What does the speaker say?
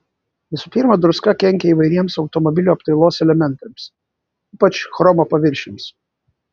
visų pirma druska kenkia įvairiems automobilio apdailos elementams ypač chromo paviršiams